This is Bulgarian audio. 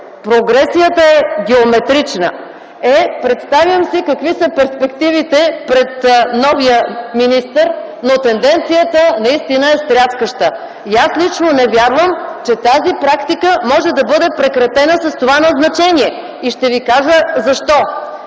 прогресията е геометрична. Е, представям си какви са перспективите пред новия министър, но тенденцията наистина е стряскаща. И аз лично не вярвам, че тази практика може да бъде прекратена с това назначение. И ще ви кажа защо